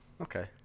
Okay